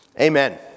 Amen